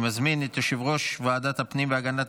אני מזמין את יושב-ראש ועדת הפנים והגנת